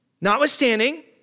notwithstanding